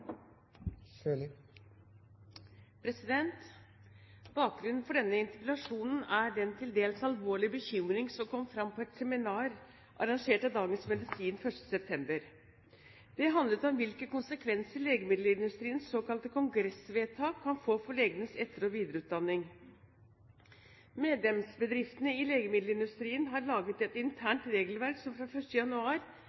avsluttet. Bakgrunnen for denne interpellasjonen er den til dels alvorlige bekymring som kom fram på et seminar arrangert av Dagens Medisin 1. september. Det handlet om hvilke konsekvenser legemiddelindustriens såkalte kongressvedtak kan få for legenes etter- og videreutdanning. Medlemsbedriftene i legemiddelindustrien har